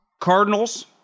Cardinals